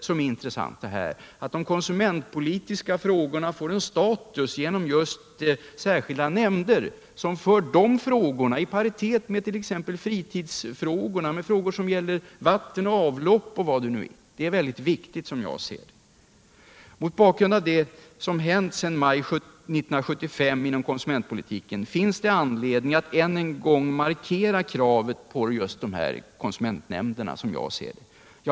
Det är väldigt viktigt att de konsumentpolitiska frågorna får en status just genom sådana särskilda nämnder som för konsumenternas frågor i paritet med t.ex. fritidsfrågor, frågor som gäller vatten och avlopp och vad det nu kan gälla. Mot bakgrund av vad som hänt sedan maj 1975 inom konsumentpolitiken finns det anledning att än en gång markera kravet på kommunala konsumentnämnder.